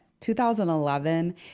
2011